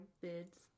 bids